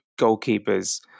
goalkeepers